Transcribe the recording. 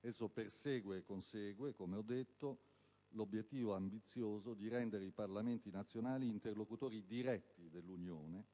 Esso persegue e consegue - come ho detto - l'obiettivo ambizioso di rendere i Parlamenti nazionali interlocutori diretti dell'Unione,